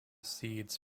seeds